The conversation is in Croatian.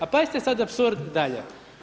A pazite sad apsurd dalje.